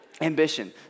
Ambition